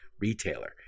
retailer